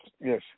Yes